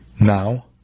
now